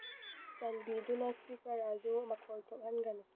ꯆꯥꯟꯕꯤꯗꯨꯅ ꯏꯁꯄꯤꯀꯔ ꯑꯗꯨ ꯃꯈꯣꯜ ꯊꯣꯛꯍꯟꯒꯅꯨ